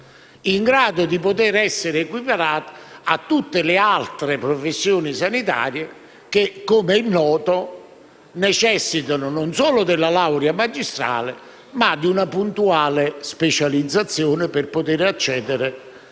in grado di poter essere equiparato a quello di tutte le altre professioni sanitarie che, com'è noto, necessitano non solo della laurea magistrale ma anche di una puntuale specializzazione per poter accedere